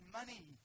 money